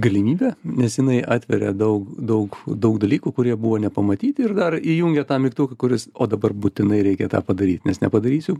galimybę nes jinai atveria daug daug daug dalykų kurie buvo nepamatyti ir dar įjungia tą mygtuką kuris o dabar būtinai reikia tą padaryti nes nepadarysiu